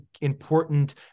important